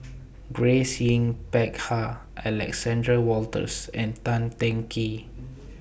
Grace Yin Peck Ha Alexander Wolters and Tan Teng Kee